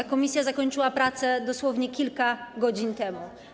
Komisja zakończyła prace dosłownie kilka godzin temu.